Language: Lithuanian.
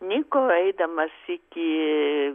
niko eidamas iki